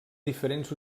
diferents